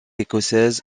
écossaise